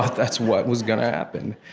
that's what was going to happen.